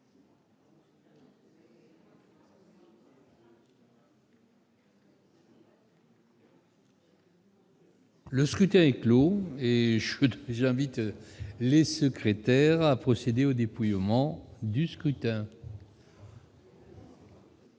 Le scrutin est clos. J'invite Mmes et MM. les secrétaires à procéder au dépouillement du scrutin.